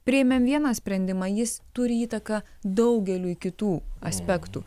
priėmėm vieną sprendimą jis turi įtaką daugeliui kitų aspektų